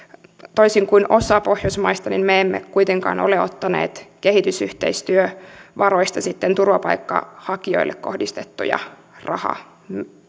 toisin kuin osa pohjoismaista me emme kuitenkaan ole ottaneet kehitysyhteistyövaroista turvapaikanhakijoille kohdistettuja